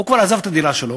הוא כבר עזב את הדירה שלו,